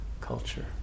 culture